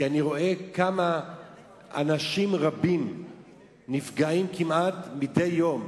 כי אני רואה אנשים רבים נפגעים כמעט מדי יום,